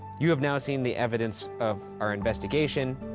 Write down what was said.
you have now seen the evidence of our investigation.